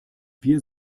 wir